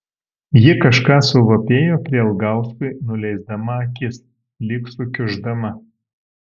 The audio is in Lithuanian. ji kažką suvapėjo prielgauskui nuleisdama akis lyg sukiuždama